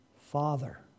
Father